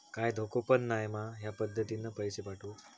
काय धोको पन नाय मा ह्या पद्धतीनं पैसे पाठउक?